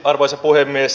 arvoisa puhemies